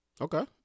Okay